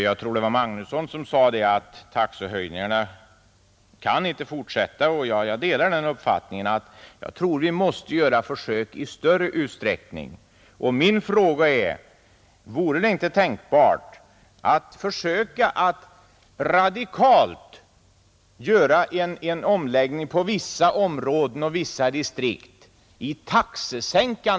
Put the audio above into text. Det var herr Magnusson i Kristinehamn som ansåg att taxehöjningarna inte kan fortsätta, och jag delar den uppfattningen. Jag tror att vi måste göra sådana försök i större utsträckning. Min fråga är: Vore det inte tänkbart att försöka åstadkomma en radikal omläggning inom vissa områden och i vissa distrikt med taxesänkningar?